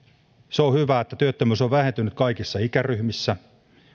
se on hyvä että työttömyys on vähentynyt kaikissa ikäryhmissä